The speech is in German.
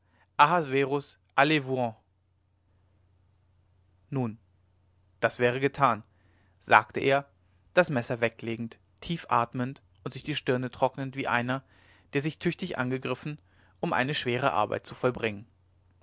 nun das wäre getan sagte er das messer weglegend tief atmend und sich die stirne trocknend wie einer der sich tüchtig angegriffen um eine schwere arbeit zu vollbringen